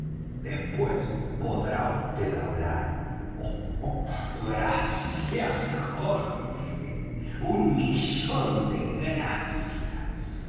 después podrá vd hablar gracias jorge un millón de gracias